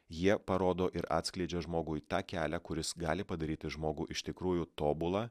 jie parodo ir atskleidžia žmogui tą kelią kuris gali padaryti žmogų iš tikrųjų tobulą